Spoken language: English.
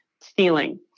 stealing